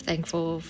Thankful